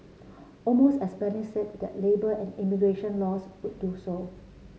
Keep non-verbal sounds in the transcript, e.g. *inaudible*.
almost as *unintelligible* said that labour and immigration laws would do so